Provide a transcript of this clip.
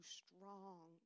strong